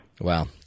Wow